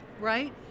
right